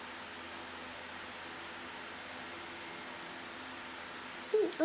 mm